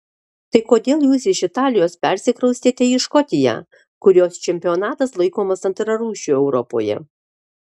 tai kodėl jūs iš italijos persikraustėte į škotiją kurios čempionatas laikomas antrarūšiu europoje